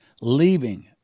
leaving